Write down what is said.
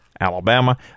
Alabama